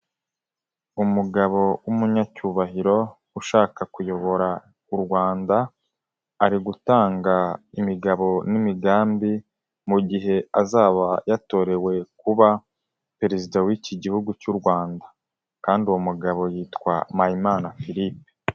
Umugabo w'umunyacyubahiro ushaka kuyobora u Rwanda ari gutanga imigabo n'imigambi mu gihe azaba yatorewe kuba perezida w'iki gihugu cy'u Rwanda kandi uwo mugabo yitwa Mpayimana Philippe.